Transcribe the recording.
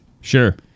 Sure